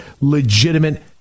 legitimate